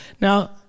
Now